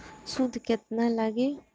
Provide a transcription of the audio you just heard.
सूद केतना लागी?